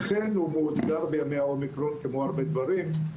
אכן הוא מאותגר בימי האומיקרון כמו הרבה דברים.